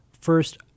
First